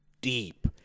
deep